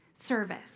service